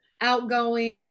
Outgoing